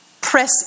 press